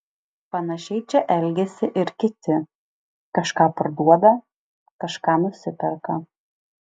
panašiai čia elgiasi ir kiti kažką parduoda kažką nusiperka